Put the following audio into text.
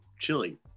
chili